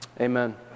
Amen